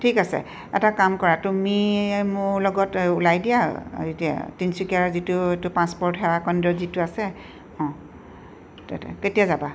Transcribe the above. ঠিক আছে এটা কাম কৰা তুমি মোৰ লগত ওলাই দিয়া এতিয়া তিনিচুকীয়াৰ যিটো এইটো পাছপৰ্ট সেৱা কেন্দ্ৰ যিটো আছে অঁ তাতে কেতিয়া যাবা